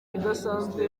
idasanzwe